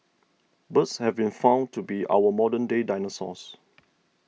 birds have been found to be our modern day dinosaurs